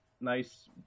nice